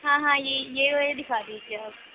ہاں ہاں یہ یہ والا دکھا دیجیے آپ